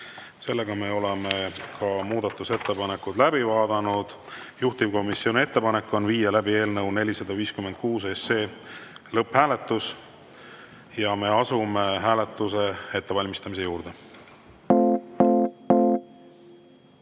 lõikele 5. Oleme muudatusettepanekud läbi vaadanud. Juhtivkomisjoni ettepanek on viia läbi eelnõu 456 lõpphääletus. Me asume hääletuse ettevalmistamise juurde.